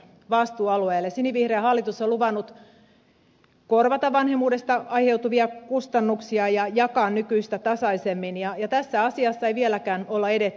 sinivihreä hallitus on luvannut korvata vanhemmuudesta aiheutuvia kustannuksia ja jakaa niitä nykyistä tasaisemmin ja tässä asiassa ei vieläkään ole edetty